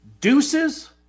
Deuces